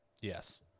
Yes